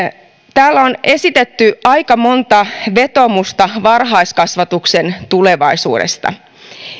täällä on esitetty aika monta vetoomusta varhaiskasvatuksen tulevaisuudesta